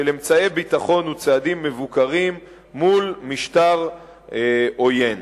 של אמצעי ביטחון וצעדים מבוקרים מול משטר עוין.